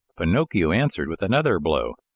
pinocchio answered with another blow,